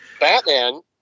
Batman